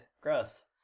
gross